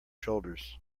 shoulders